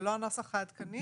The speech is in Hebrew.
זה לא הנוסח העדכני?